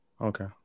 Okay